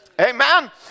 Amen